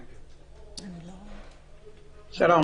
שלום.